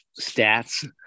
stats